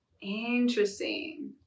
Interesting